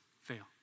fail